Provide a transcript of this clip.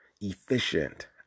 efficient